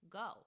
go